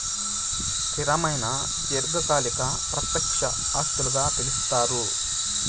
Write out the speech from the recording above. స్థిరమైన దీర్ఘకాలిక ప్రత్యక్ష ఆస్తులుగా పిలుస్తారు